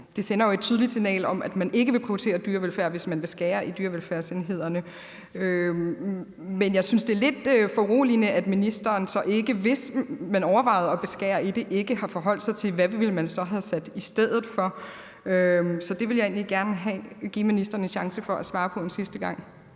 det sender jo et tydeligt signal om, at man ikke vil prioritere dyrevelfærd, hvis man vil skære i dyrevelfærdsenhederne. Men jeg synes, det er lidt foruroligende, at ministeren så ikke, hvis man overvejede at skære i det, har forholdt sig til, hvad man så ville have sat i stedet for. Så det vil jeg egentlig gerne give ministeren en chance for at svare på en sidste gang.